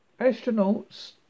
Astronauts